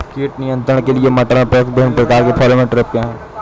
कीट नियंत्रण के लिए मटर में प्रयुक्त विभिन्न प्रकार के फेरोमोन ट्रैप क्या है?